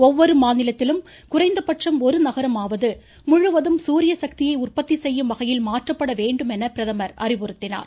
ஒவ்வொரு மாநிலத்திலும் குறைந்தபட்சம் ஒரு நகரமாவது முழுவதும் சூரிய சக்தியை உற்பத்தி செய்யும் வகையில் மாற்றப்பட வேண்டும் என பிரதமர் அறிவுறுத்தினார்